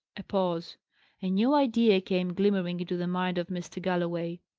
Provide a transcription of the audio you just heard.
a pause. a new idea came glimmering into the mind of mr. galloway.